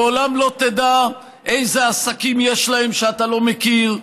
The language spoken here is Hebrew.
לעולם לא תדע איזה עסקים יש להם שאתה לא מכיר,